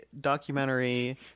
documentary